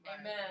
Amen